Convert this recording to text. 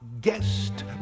guest